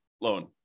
loan